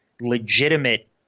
legitimate